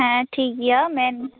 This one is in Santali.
ᱦᱮᱸ ᱴᱷᱤᱠ ᱜᱮᱭᱟ ᱢᱮᱱ